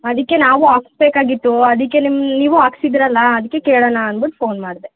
ಅದಕ್ಕೆ ನಾವು ಹಾಕಿಸ್ಬೇಕಾಗಿತ್ತು ಅದಕ್ಕೆ ನಿಮ್ಮ ನೀವು ಹಾಕ್ಸಿದೀರಲ್ಲ ಅದಕ್ಕೆ ಕೇಳೋಣ ಅಂದ್ಬಿಟ್ ಫೋನ್ ಮಾಡಿದೆ